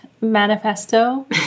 Manifesto